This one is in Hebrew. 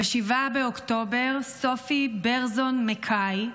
ב-7 באוקטובר סופי ברזון מקאי,